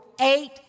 eight